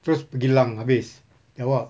terus pergi lung habis